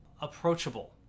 approachable